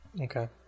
Okay